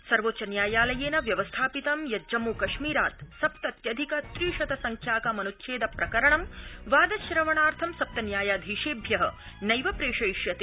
सर्वोच्च न्यायालयेन व्यवस्थापितं यत् जम्मूकश्मीरात् सप्तत्यधिक त्रि शत संख्याकम् अनुच्छेद प्रकरणम् वादश्रवणार्थं सप्तन्यायाधीशेभ्य नैव प्रेषयिष्यते